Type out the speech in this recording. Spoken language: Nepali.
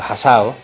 भाषा हो